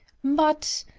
but.